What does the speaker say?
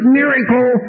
miracle